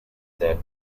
set